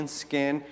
skin